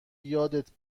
یادت